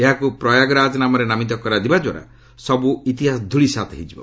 ଏହାକୁ ପ୍ରୟାଗରାଜ୍ ନାମରେ ନାମିତ କରିବାଦ୍ୱାରା ସବୁ ଇତିହାସ ଧ୍ୟଳିସାତ୍ ହୋଇଯିବ